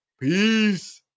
Peace